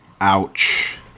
Ouch